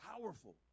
powerful